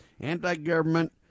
anti-government